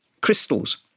crystals